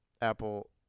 Apple